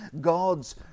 God's